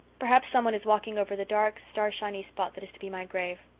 perhaps someone is walking over the dark, starshiny spot that is to be my grave.